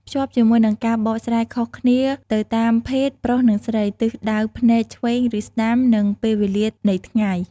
ភ្ជាប់ជាមួយនឹង ការបកស្រាយខុសគ្នាទៅតាមភេទ ប្រុសនិងស្រី ទិសដៅភ្នែកឆ្វេងឬស្តាំ និងពេលវេលានៃថ្ងៃ។